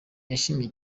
yashimiye